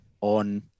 on